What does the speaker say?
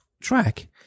track